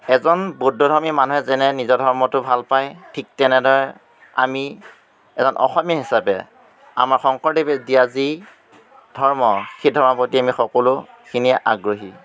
এজন বৌদ্ধধৰ্মী মানুহে যেনে নিজৰ ধৰ্মটো ভাল পায় ঠিক তেনেদৰে আমি এজন অসমীয়া হিচাপে আমাৰ শংকৰদেৱে দিয়া যি ধৰ্ম সেই ধৰ্মৰ প্ৰতি আমি সকলোখিনিয়ে আগ্ৰহী